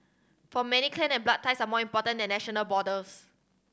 for many clan and blood ties are more important than national borders